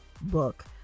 book